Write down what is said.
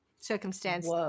circumstance